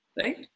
right